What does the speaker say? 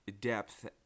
depth